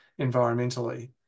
environmentally